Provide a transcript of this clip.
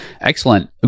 Excellent